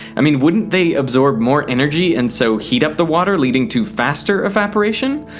i mean, wouldn't they absorb more energy and so heat up the water, leading to faster evaporation?